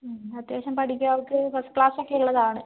അത്യാവശ്യം പഠിക്കും അവൾക്ക് ഫസ്റ്റ് ക്ലാസ് ഒക്കെ ഉള്ളത് ആണ്